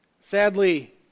Sadly